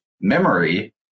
memory